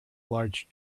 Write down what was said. large